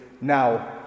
Now